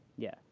yeah.